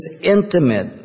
intimate